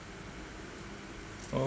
oh